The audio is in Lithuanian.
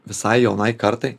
visai jaunai kartai